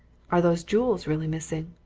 are those jewels really missing?